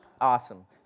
awesome